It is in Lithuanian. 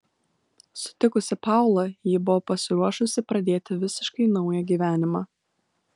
sutikusi paulą ji buvo pasiruošusi pradėti visiškai naują gyvenimą